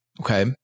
Okay